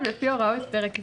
לפי הוראות פרק זה.